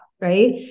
right